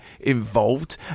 involved